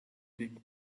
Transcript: pick